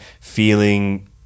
feeling